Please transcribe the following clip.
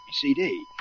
CD